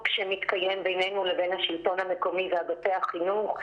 שמתקיים בינינו לבין השלטון המקומי ואגפי החינוך,